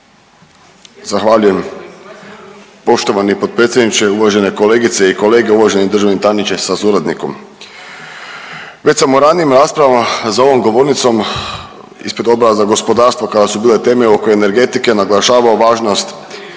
Zahvaljujem. Poštovani potpredsjedniče, uvažene kolegice i kolege, uvaženi državni tajniče sa suradnikom, već sam u ranijim raspravama za ovom govornicom ispred Odbora za gospodarstvo kada su bile teme oko energetike naglašavao važnost